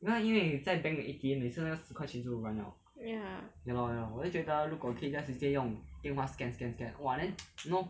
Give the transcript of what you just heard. ya